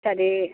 சரி